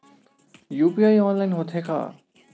UPI online होथे का?